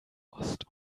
ost